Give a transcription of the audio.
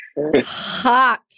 hot